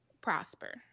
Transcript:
prosper